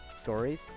stories